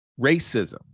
racism